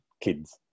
kids